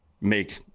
make